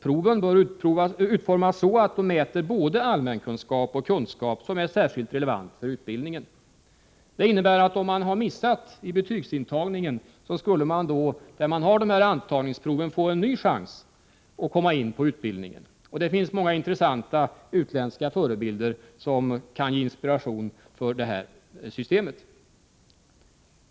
Proven bör utformas så, att de mäter både allmänkunskap och kunskap som är särskilt relevant för utbildningen. Det innebär att om man har missat vid betygsintagningen får man vid antagningsproven en ny chans att komma in på utbildningen. Det finns många intressanta utländska förebilder, som kan ge inspiration till ett sådant system.